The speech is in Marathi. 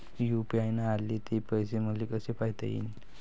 यू.पी.आय न आले ते पैसे मले कसे पायता येईन?